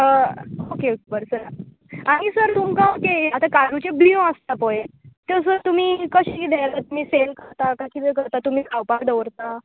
अं okay बरें sir आनी sir तुमकां तें आतां काजुच्यो बियो आसता पळय त्यो जर तुमी कशें कितें तुमी सॅल करता कांय कितें करता तुमी खावपाक दवरता